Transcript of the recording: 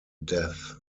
death